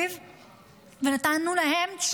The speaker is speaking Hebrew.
מפציצים אותם.